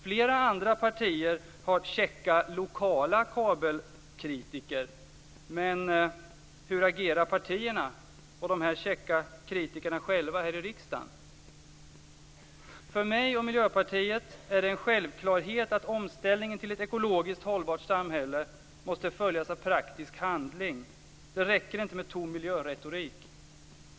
Flera andra partier har käcka lokala kabelkritiker, men hur agerar och de käcka kritikerna själva här i riksdagen? För mig och Miljöpartiet är det en självklarhet att omställningen till ett ekologiskt hållbart samhälle måste följas av praktisk handling; det räcker inte med tom miljöretorik.